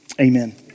amen